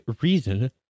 reason